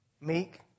meek